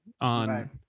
on